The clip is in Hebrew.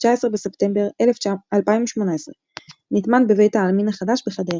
19 בספטמבר 2018. נטמן בבית העלמין החדש בחדרה.